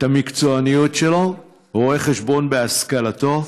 את המקצוענות שלו, רואה חשבון בהשכלתו,